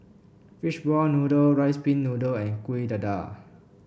fish ball noodle rice pin noodle and Kuih Dadar